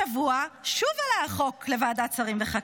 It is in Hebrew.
השבוע שוב עלה החוק לוועדת שרים לחקיקה.